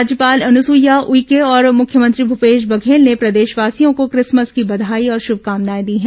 राज्यपाल अनुसूईया उइके और मुख्यमंत्री भूपेश बघेल ने प्रदेशवासियों को क्रिसमस की बघाई और श्रभकामनाए दी हैं